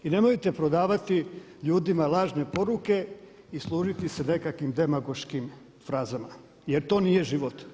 I nemojte prodavati ljudima lažne poruke i služiti se nekakvim demagoškim frazama jer to nije život.